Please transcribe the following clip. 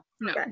no